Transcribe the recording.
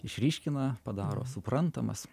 išryškina padaro suprantamas